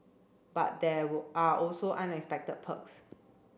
but there were are also unexpected perks